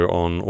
on